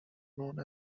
known